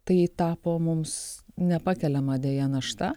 tai tapo mums nepakeliama deja našta